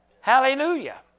Hallelujah